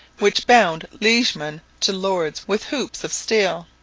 which bound liegeman to lord with hoops of steel.